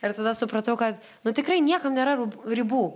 ir tada supratau kad nu tikrai niekam nėra ribų